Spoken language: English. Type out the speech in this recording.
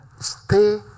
stay